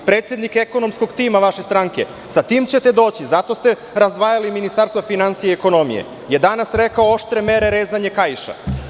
Predsednik ekonomskog tima vaše stranke, sa tim ćete doći, zato ste razdvajali ministarstva finansije i ekonomije, je danas rekao - oštre mere, rezanje kaiša.